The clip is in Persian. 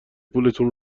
پولتون